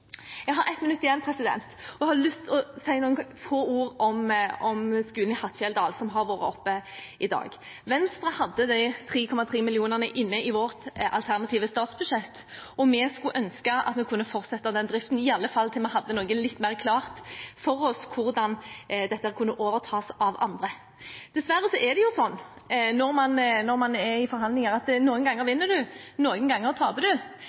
Jeg har ett minutt igjen og har lyst til å si noen få ord om skolen i Hattfjelldal, som har vært oppe i dag. Venstre hadde de 3,3 millionene inne i vårt alternative statsbudsjett, og vi skulle ønske at driften kunne fortsette, iallfall til vi hadde litt mer klart for oss hvordan dette kunne overtas av andre. Dessverre er det sånn når man er i forhandlinger, at noen ganger vinner man, og noen ganger